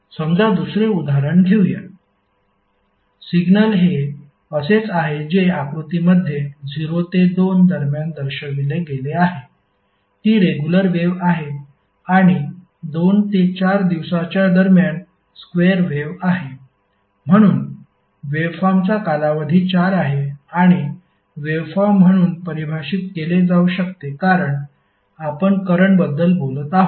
समजा दुसरे उदाहरण घेऊया सिग्नल हे असेच आहे जे आकृतीमध्ये 0 ते 2 दरम्यान दर्शविले गेले आहे ती रेगुलर वेव्ह आहे आणि 2 ते 4 दिवसाच्या दरम्यान स्क्वेअर वेव्ह आहे म्हणून वेव्हफॉर्मचा कालावधी 4 आहे आणि वेव्हफॉर्म म्हणून परिभाषित केले जाऊ शकते कारण आपण करंट बद्दल बोलत आहोत